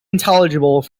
intelligible